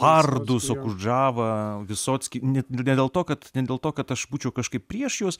bardus okudžavą vysockį ne ne dėl to kad ne dėl to kad aš būčiau kažkaip prieš juos